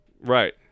right